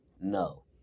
no